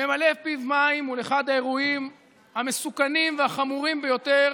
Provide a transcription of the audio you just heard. ממלא פיו מים מול אחד האירועים המסוכנים והחמורים ביותר